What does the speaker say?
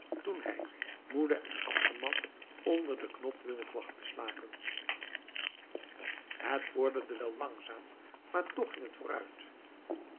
toen hij moede en afgemat onder den knotwilg lag te slapen het vorderde wel langzaam maar toch ging het vooruit